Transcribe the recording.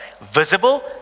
Visible